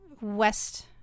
west